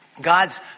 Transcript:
God's